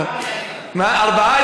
ארבעה